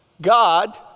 God